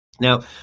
Now